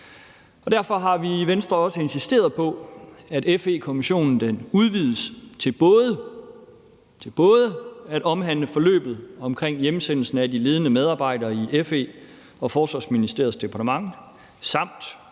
Derfor har vi i Venstre også insisteret på, at FE-undersøgelseskommissionen udvides til både at omhandle forløbet omkring hjemsendelsen af de ledende medarbejdere i FE og Forsvarsministeriets departement samt